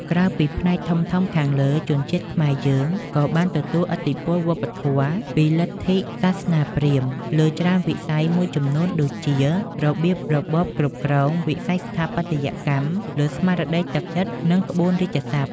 ក្រៅពីផ្នែកធំៗខាងលើ ជនជាតិខ្មែរយើងក៏បានទទួលឥទ្ធិពលវប្បធម៌ពីលទ្ធិសាសនាព្រាហ្មណ៍លើច្រើនវិស័យមួយចំនួនទៀតដូចជា របៀបរបបការគ្រប់គ្រង វិស័យស្ថាបត្យកម្ម លើស្មារតីទឹកចិត្ត និងក្បួនរាជសព្ទ។